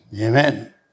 Amen